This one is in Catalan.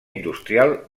industrial